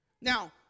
Now